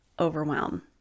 overwhelm